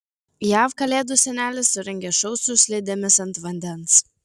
jav kalėdų senelis surengė šou su slidėmis ant vandens